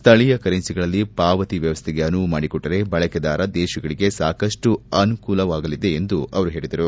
ಸ್ಟಳೀಯ ಕರೆನ್ಸಿಗಳಲ್ಲಿ ಪಾವತಿ ವ್ಯವಸ್ಥೆಗೆ ಅನುವು ಮಾಡಿಕೊಟ್ಟರೆ ಬಳಕೆದಾರ ದೇಶಗಳಿಗೆ ಸಾಕಷ್ಟು ಅನುಕೂಲವಾಗಲಿದೆ ಎಂದು ಹೇಳಿದರು